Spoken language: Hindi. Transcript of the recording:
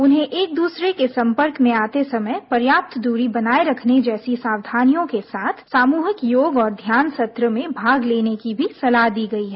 उन्हें एक दूसरे के संपर्क में आते समय पर्याप्त दूरी बनाए रखने जैसी सावधानियों के साथ सामूहिक योग और ध्यान सत्र में भाग लेने की भी सलाह दी गई है